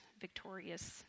victorious